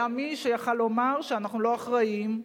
היה מי שיכול לומר שאנחנו לא אחראים.